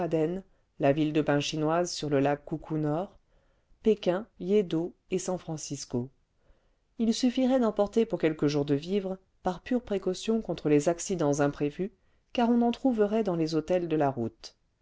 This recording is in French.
la ville de bains chinoise sur le lac khou khounoor pékin yeddo et san-francisco il suffirait d'emporter pour quelques jours de vivres par pure précaution contre les accidents imprévus car on en trouverait dans les hôtels de la route